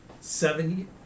seven